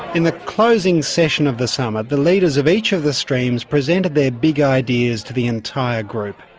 in the closing session of the summit, the leaders of each of the streams presented their big ideas to the entire group.